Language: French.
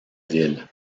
ville